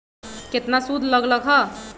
केतना सूद लग लक ह?